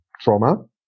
trauma